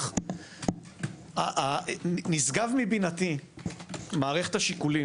-- נשגב מבינתי מערכת השיקולים